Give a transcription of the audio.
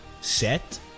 set